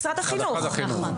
משרד החינוך.